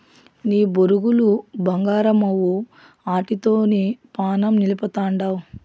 నీ బొరుగులు బంగారమవ్వు, ఆటితోనే పానం నిలపతండావ్